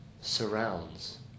surrounds